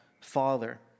Father